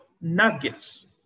nuggets